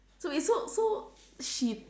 so is so so she